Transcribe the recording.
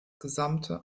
gesamte